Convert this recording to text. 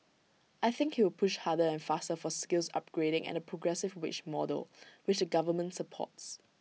I think he will push harder and faster for skills upgrading and the progressive wage model which the government supports